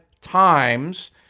times